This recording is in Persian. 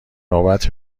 نوبت